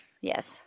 yes